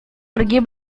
pergi